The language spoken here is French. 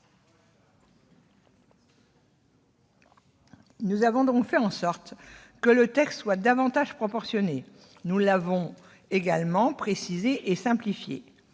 Nous avons donc fait en sorte que le texte soit davantage proportionné. Nous l'avons également précisé et simplifié.